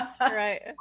Right